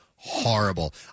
Horrible